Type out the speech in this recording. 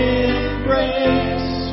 embrace